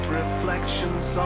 reflections